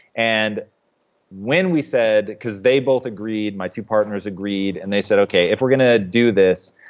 and when we said. because they both agreed. my two partners agreed, and they said, okay. if we're gonna do this,